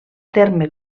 terme